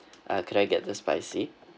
uh could I get the spicy